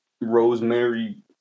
rosemary